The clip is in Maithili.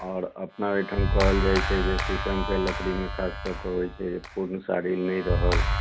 आओर अपना ओहिठाम कहल जाइत छै जे शीशमके लकड़ीमे खास कऽ के होइ छै जे पूर्ण साड़िल नहि रहल